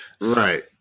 Right